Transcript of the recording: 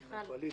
מן הקואליציה,